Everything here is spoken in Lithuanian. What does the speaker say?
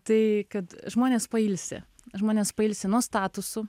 tai kad žmonės pailsi žmonės pailsi nuo statusų